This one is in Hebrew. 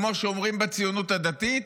כמו שאומרים בציונות הדתית,